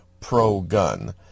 pro-gun